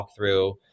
walkthrough